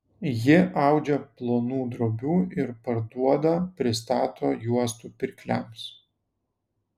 ji audžia plonų drobių ir parduoda pristato juostų pirkliams